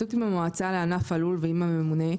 בהתייעצות עם המועצה לענף הלול ועם הממונה,